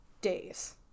days